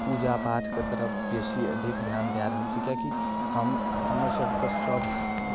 पूजा पाठके तरफ बेसी अधिक ध्यान दए रहल छी किएकि हम हमरसभके सभ